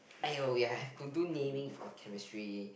!aiyo! we have to do naming for chemistry